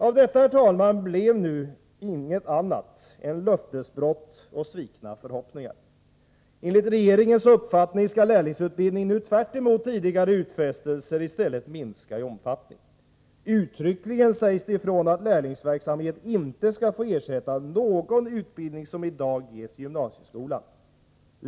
Av detta blev nu intet annat än löftesbrott och svikna förhoppningar. Enligt regeringens uppfattning skall lärlingsutbildningen nu tvärtemot tidigare utfästelser i stället minska i omfattning. Uttryckligen sägs det ifrån att lärlingsverksamhet inte skall få ersätta någon utbildning som i dag ges i gymnasieskolan.